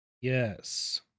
Yes